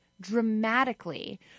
dramatically